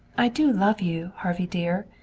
i do love you, harvey dear.